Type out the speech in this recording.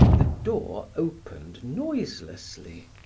the door opened noiselessly,